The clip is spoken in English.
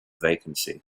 vacancy